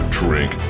drink